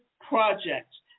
projects